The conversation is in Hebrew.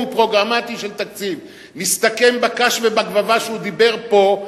פרוגרמטי של תקציב מסתכם בקש ובגבבה שהוא דיבר פה,